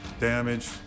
Damage